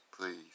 please